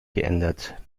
geändert